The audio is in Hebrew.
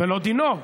לא דינו,